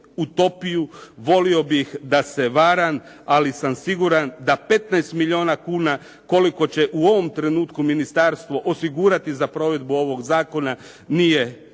utopiju. Volio bih da se varam, ali sam siguran da 15 milijuna kuna koliko će u ovom trenutku ministarstvo osigurati za provedbu ovog zakona nije